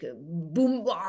boom